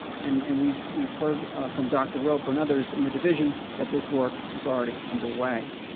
and and we've we've heard from dr. roper and others in the division that this work is already underway.